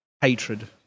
hatred